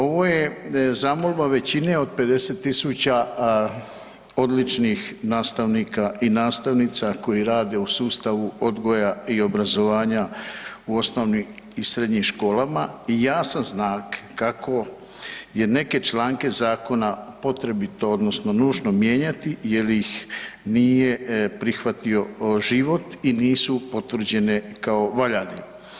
Ovo je zamolba većine od 50.000 odličnih nastavnika i nastavnica koji rade u sustavu odgoja i obrazovanja u osnovnim i srednjim školama i jasan znak kako je neke članke zakona potrebito odnosno nužno mijenjati jel ih nije prihvatio život i nisu potvrđene kao valjane.